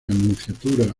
nunciatura